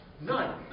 None